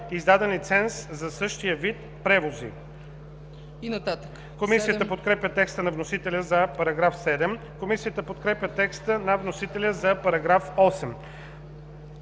издаден лиценз за същия вид превози.“ Комисията подкрепя текста на вносителя за § 7. Комисията подкрепя текста на вносителя за § 8.